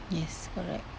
yes correct